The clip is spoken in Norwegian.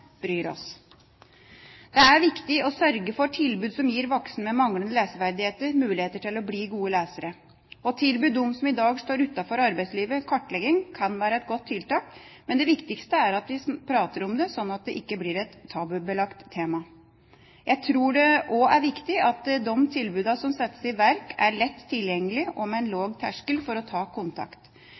bryr oss. Det er viktig å sørge for tilbud som gir voksne med manglende leseferdigheter, muligheter til å bli gode lesere. Å tilby dem som i dag står utenfor arbeidslivet, kartlegging, kan være et godt tiltak, men det viktigste er at vi prater om det, slik at det ikke blir et tabubelagt tema. Jeg tror det også er viktig at de tilbudene som settes i verk, er lett tilgjengelige og har en lav terskel for å ta kontakt.